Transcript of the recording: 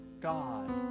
God